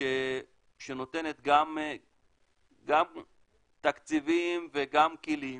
שנותנת גם תקציבים וגם כלים